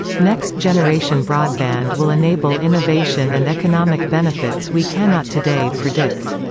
next-generation broadband will enable innovation and economic benefits we cannot today predict.